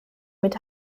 mit